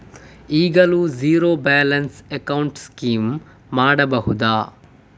ಈಗಲೂ zero balance account scheme ಮಾಡಬಹುದಾ?